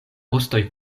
ostoj